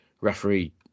referee